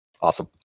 Awesome